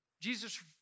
Jesus